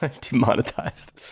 Demonetized